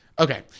Okay